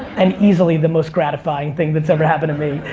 and easily the most gratifying thing that's ever happened to me.